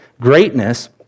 Greatness